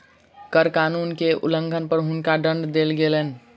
कर कानून के उल्लंघन पर हुनका दंड देल गेलैन